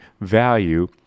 value